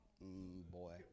Boy